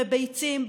בביצים,